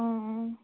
অঁ